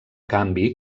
canvi